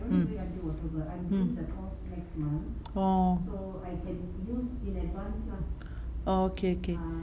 mm mm orh orh okay okay